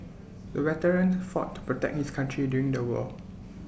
the veteran fought to protect his country during the war